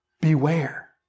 beware